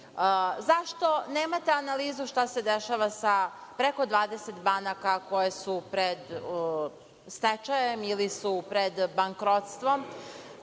Zašto nemate analizu šta se dešava sa preko 20 banaka koje su pred stečajem ili su pred bankrotstvom?